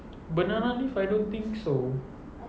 banana leaf I don't think so